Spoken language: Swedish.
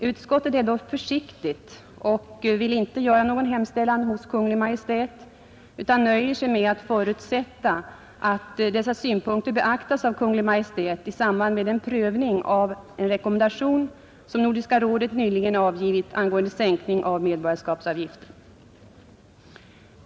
Utskottet är dock försiktigt och vill inte göra någon hemställan hos Kungl. Maj:t utan nöjer sig med att förutsätta att dessa synpunkter beaktas av Kungl. Maj:t i samband med prövningen av en rekommendation som Nordiska rådet nyligen avgivit angående sänkning av medborgarskapsavgiften.